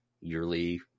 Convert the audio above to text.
yearly